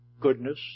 goodness